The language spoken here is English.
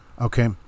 Okay